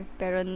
pero